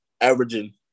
averaging